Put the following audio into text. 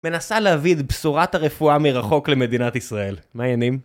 מנסה להביא את בשורת הרפואה מרחוק למדינת ישראל. מה העניינים?